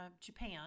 Japan